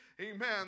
amen